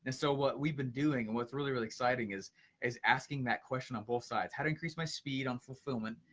and so what we've been doing, what's really, really exciting, is is asking that question on both sides. how do i increase my speed on fulfillment,